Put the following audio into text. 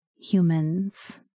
humans